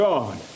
God